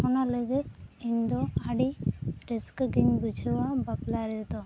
ᱚᱱᱟ ᱞᱟᱹᱜᱤᱫ ᱤᱧᱫᱚ ᱟᱹᱰᱤ ᱨᱟᱹᱥᱠᱟᱹ ᱜᱮᱧ ᱵᱩᱡᱷᱟᱹᱣᱟ ᱵᱟᱯᱞᱟ ᱨᱮᱫᱚ